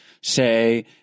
say